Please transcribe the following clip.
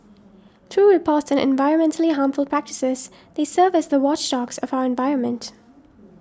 through reports an environmentally harmful practices they serve as the watchdogs of our environment